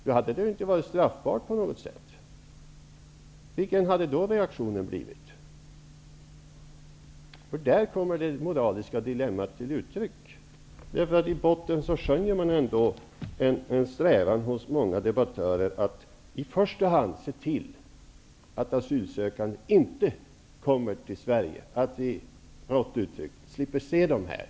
Det hade då inte på något sätt varit straffbart. Vilken reaktion hade det då blivit? Där kommer det moraliska dilemmat till uttryck. I botten skönjer man ändå hos många debattörer en strävan att i första hand se till att asylsökande inte kommer till Sverige alls, att vi -- rakt uttryckt -- slipper se dem här.